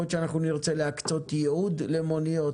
יכול להיות שנצטרך להקצות ייעוד למוניות,